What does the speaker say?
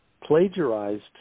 plagiarized